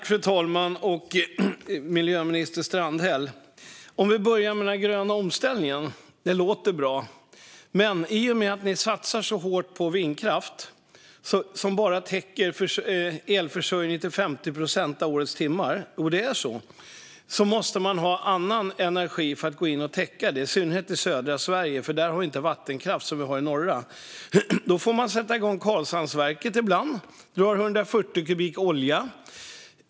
Fru talman! Tack, miljöminister Strandhäll! Vi börjar med den gröna omställningen. Det låter bra, men i och med att ni satsar så hårt på vindkraft som bara täcker elförsörjningen till 50 procent av årets timmar måste man ha annan energi för att täcka det, i synnerhet i södra Sverige där det inte finns någon vattenkraft. Då får man ibland sätta igång Karlshamnsverket, som drar 140 kubikmeter olja.